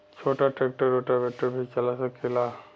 छोटा tractor rotavator भी चला सकेला?